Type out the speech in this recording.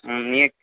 ம்